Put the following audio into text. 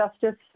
justice